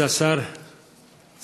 כבוד שר העבודה,